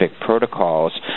protocols